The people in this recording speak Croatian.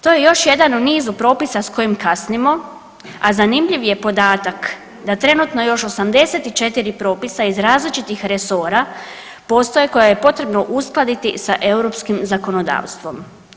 To je još jedan u nizu propisa s kojim kasnimo, a zanimljiv je podatak da trenutno još 84 propisa iz različitih resora postoje koje je potrebno uskladiti sa EU zakonodavstvom.